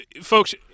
Folks